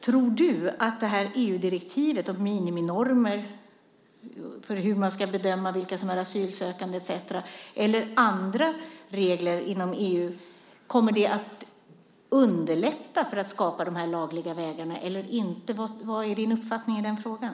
Tror du att EU-direktivet om miniminormer för hur man ska bedöma vilka som är asylsökande etcetera eller andra regler inom EU kommer att underlätta att skapa de lagliga vägarna eller inte? Vad är din uppfattning i den frågan?